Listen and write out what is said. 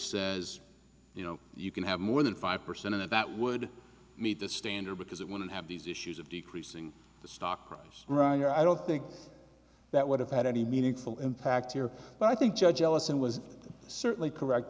says you know you can have more than five percent of it that would meet the standard because it wouldn't have these issues of decreasing the stock price growing i don't think that would have had any meaningful impact here but i think judge ellison was certainly correct